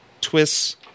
twists